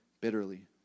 bitterly